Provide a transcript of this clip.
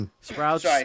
Sprouts